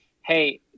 Hey